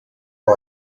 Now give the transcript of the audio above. was